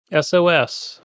SOS